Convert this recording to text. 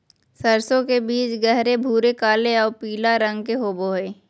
सरसों के बीज गहरे भूरे काले आऊ पीला रंग के होबो हइ